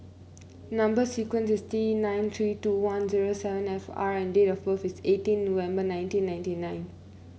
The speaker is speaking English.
number sequence is T nine three two one zero seven five R and date of birth is eighteen November nineteen ninety nine